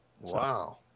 Wow